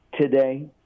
today